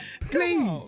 Please